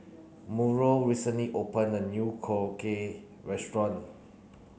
Murl recently opened a new Korokke restaurant